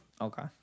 Okay